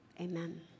amen